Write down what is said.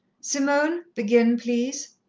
simone! begin, please.